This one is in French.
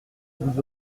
vous